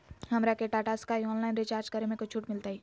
हमरा के Tata Sky online recharge करे में कोई छूट मिलतई